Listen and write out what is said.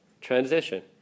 transition